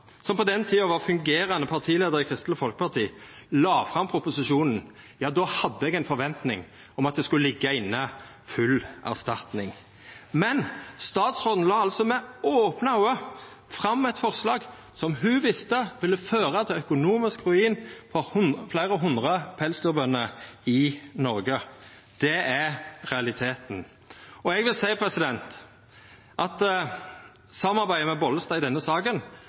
som på den tida var fungerande partileiar i Kristeleg Folkeparti, la fram proposisjonen, hadde eg ei forventning om at det skulle liggja inne full erstatning. Men statsråden la altså med opne auge fram eit forslag som ho visste ville føra til økonomisk ruin for fleire hundre pelsdyrbønder i Noreg. Det er realiteten. Eg vil seia at samarbeidet med Bollestad i denne saka